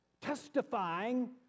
testifying